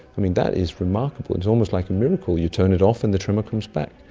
that is remarkable. it's almost like a miracle. you turn it off and the tremor comes back.